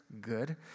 good